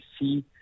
see